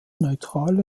neutrale